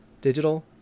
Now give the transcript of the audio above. digital